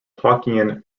hokkien